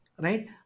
right